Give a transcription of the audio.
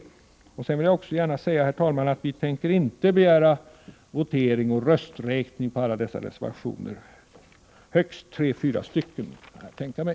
änker begära Sedan vill jag också gärna säga, herr talman, att vi inte votering och rösträkning på alla dessa reservationer — jag kan tänka mig att vi gör det på högst tre eller fyra av dem.